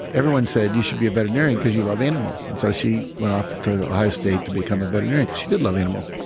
everyone said you should be a veterinarian because you love animals, and so she went off to ohio state to become a veterinarian because she did love animals.